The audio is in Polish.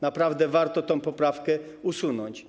Naprawdę warto tę poprawkę usunąć.